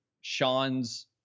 Sean's